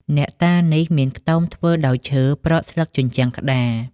អ្នកតានេះ មានខ្ទមធ្វើដោយឈើប្រក់ស្លឹកជញ្ជាំងក្ដារ ។